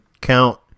count